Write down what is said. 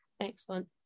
Excellent